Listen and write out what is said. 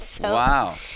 Wow